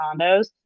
condos